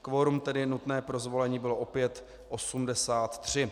Kvorum nutné pro zvolení bylo opět 83.